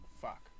fuck